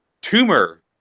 tumor